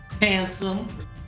handsome